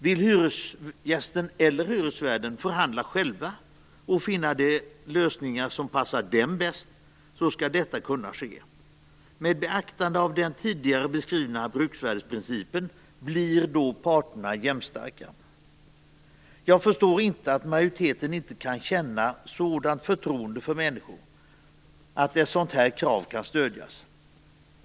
Vill hyresgästen eller hyresvärden förhandla själv, och själv finna de lösningar som passar bäst, skall också detta kunna ske. Med beaktande av den tidigare beskrivna bruksvärdesprincipen, blir då parterna jämnstarka. Jag förstår inte att majoriteten inte kan känna sådant förtroende för människor att ett sådant här krav kan stödjas.